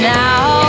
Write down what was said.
now